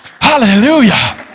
hallelujah